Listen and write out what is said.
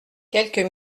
quelques